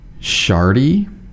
Shardy